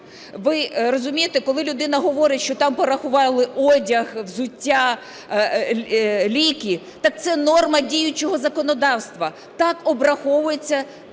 Ви розумієте, коли людина говорить, що там порахували одяг, взуття, ліки. Так це норма діючого законодавства. Так обраховується